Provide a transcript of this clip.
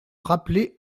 rappeler